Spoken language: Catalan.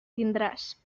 tindràs